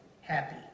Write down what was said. happy